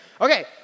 Okay